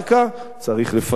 צריך לפצות אותו,